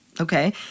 Okay